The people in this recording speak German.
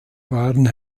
waren